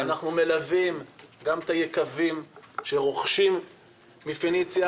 אנחנו מלווים גם את היקבים שרוכשים מפניציה,